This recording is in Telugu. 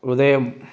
ఉదయం